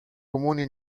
comuni